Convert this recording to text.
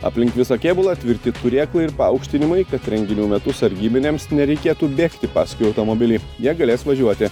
aplink visą kėbulą tvirti turėklai ir paaukštinimai kad renginių metu sargybiniams nereikėtų bėgti paskui automobilį jie galės važiuoti